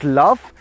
love